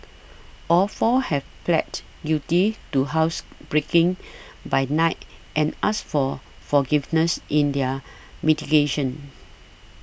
all four have pleaded guilty to housebreaking by night and asked for forgiveness in their mitigation